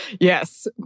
Yes